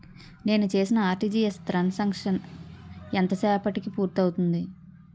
నేను చేసిన RTGS transaction ఎంత సేపటికి పూర్తి అవుతుంది?